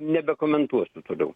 nebekomentuosiu toliau